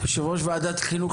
יושב ראש ועדת חינוך,